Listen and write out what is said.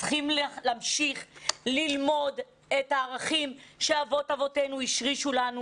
צריכים להמשיך ללמוד את הערכים שאבות אבותינו השרישו לנו,